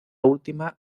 última